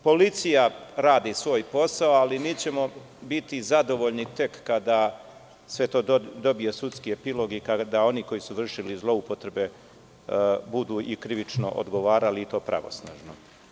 Policija radi svoj posao, ali mi ćemo biti zadovoljni tek kada sve to dobije sudski epilog i kada oni koji su vršili zloupotrebe budu i krivično odgovarali i to pravosnažno.